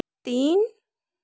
तीन